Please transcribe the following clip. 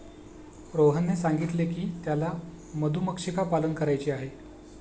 रोहनने सांगितले की त्याला मधुमक्षिका पालन करायचे आहे